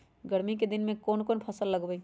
गर्मी के दिन में कौन कौन फसल लगबई?